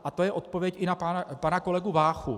A to je odpověď i na pana kolegu Váchu.